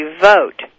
vote